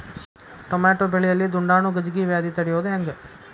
Tomato ಬೆಳೆಯಲ್ಲಿ ದುಂಡಾಣು ಗಜ್ಗಿ ವ್ಯಾಧಿ ತಡಿಯೊದ ಹೆಂಗ್?